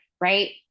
right